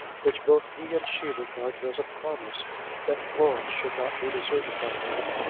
which both he and she regarded as a promise that florence should not be deserted by him.